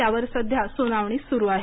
त्यावर सध्या सुनावणी सुरू आहे